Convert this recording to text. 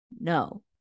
No